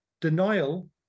denial